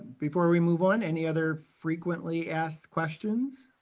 before we move on, any other frequently asked questions?